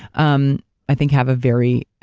um i think have a very